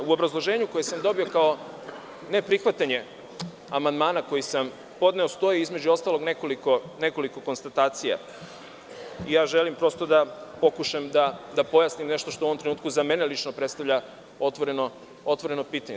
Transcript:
U obrazloženju koje sam dobio kao neprihvatanje amandmana koji sam podneo stoji između ostalog nekoliko konstatacija i želim prosto da pokušam da pojasnim nešto što u ovom trenutku za mene lično predstavalja otvoreno pitanje.